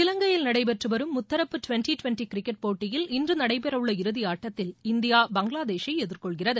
இலங்கையில் நடைபெற்று வரும் முத்தரப்பு டுவன்டி டுவன்டி கிரிக்கெட் போட்டியில் இன்று நடைபெறவுள்ள இறுதி ஆட்டதில் இந்தியா பங்களாதேஷை எதிர்கொள்கிறது